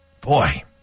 Boy